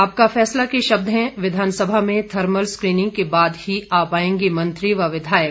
आपका फैसला के शब्द हैं विधानसभा में थर्मल स्क्रीनिंग के बाद ही आ पाएंगे मंत्री व विधायक